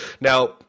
Now